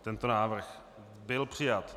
Tento návrh byl přijat.